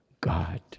God